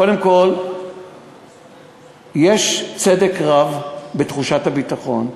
קודם כול יש צדק רב בחוסר תחושת הביטחון,